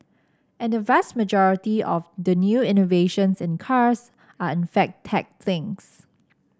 and the vast majority of the new innovations in cars are in fact tech things